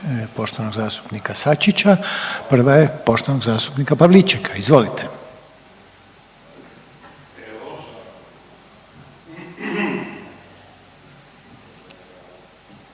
poštovanog zastupnika Sačića. Prva je poštovanog zastupnika Pavličeka, izvolite.